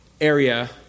area